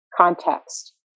context